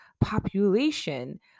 population